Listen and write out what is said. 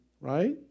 right